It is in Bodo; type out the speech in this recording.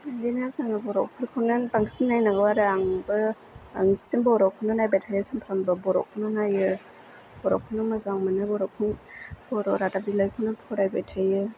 बिदिनो जोङो बर'फोरखौनो बांसिन नायनांगौ आरो आंबो बांसिन बर'खौनो नायबाय थायो सानफ्रामबो बर'खौनो नायो बर'खौनो मोजां मोनो बर'खौनो बर' रादाब बिलाइखौनो फरायबाय थायो